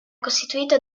costituito